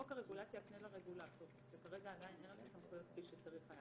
חוק הרגולציה יקנה לרגולטור את הסמכויות כפי שצריך היה